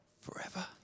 forever